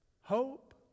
hope